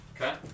Okay